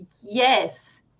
yes